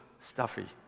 stuffy